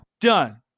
done